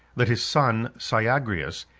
that his son syagrius,